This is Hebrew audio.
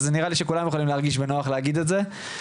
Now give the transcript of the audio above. אז נראה לי שכולם יכולים להרגיש בנוח להגיד את זה.